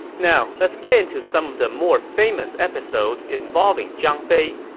now, let's get and to some of the more famous episodes involving zhang fei,